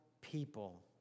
people